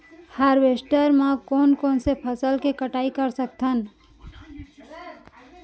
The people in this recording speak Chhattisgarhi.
हारवेस्टर म कोन कोन से फसल के कटाई कर सकथन?